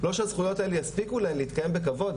לא שהזכויות האלה יספיקו להן להתקיים בכבוד,